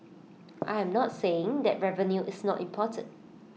I am not saying that revenue is not important